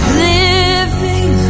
living